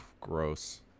Gross